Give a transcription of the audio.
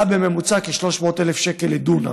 בממוצע 300,000 שקל לדונם,